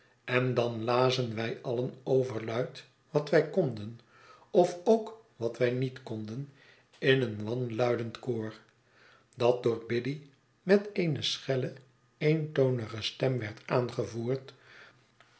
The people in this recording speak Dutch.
en dan lazen wij alien overluid wat wij konden of ook wat wij niet konden in een wanluidend koor dat door biddy met eene schelle eentonige stem werd aangevoerd